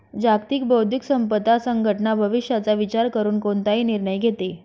जागतिक बौद्धिक संपदा संघटना भविष्याचा विचार करून कोणताही निर्णय घेते